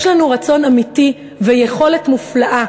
יש לנו רצון אמיתי ויכולת מופלאה,